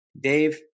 Dave